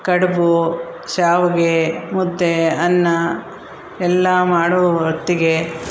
ಕಡುಬು ಶಾವಿಗೆ ಮುದ್ದೆ ಅನ್ನ ಎಲ್ಲ ಮಾಡೋ ಹೊತ್ತಿಗೆ